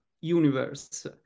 universe